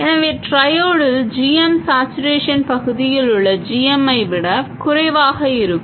எனவே ட்ரையோடில் g m saturation பகுதியில் உள்ள g m ஐ விட குறைவாக இருக்கும்